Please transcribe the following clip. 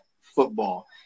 football